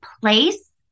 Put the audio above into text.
place